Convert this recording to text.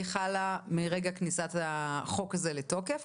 חלה מרגע כניסת החוק הזה לתוקף,